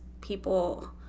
people